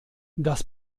das